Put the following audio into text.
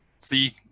see